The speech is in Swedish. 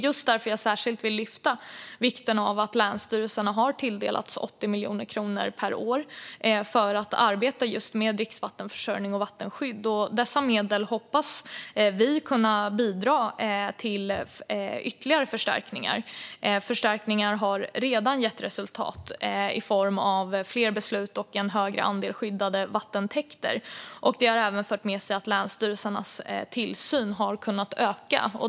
Just därför vill jag särskilt lyfta fram vikten av att länsstyrelserna har tilldelats 80 miljoner kronor per år för att arbeta med just dricksvattenförsörjning och vattenskydd. Dessa medel hoppas vi kan bidra till ytterligare förstärkningar. Förstärkningarna har redan gett resultat i form av fler beslut och en större andel skyddade vattentäkter, och det har även fört med sig att länsstyrelsernas tillsyn har kunnat öka.